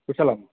कुशलं